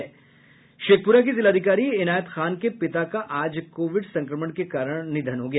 शेखपुरा की जिलाधिकारी इनायत खान के पिता का आज कोविड संक्रमण के कारण निधन हो गया